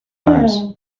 times